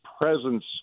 presence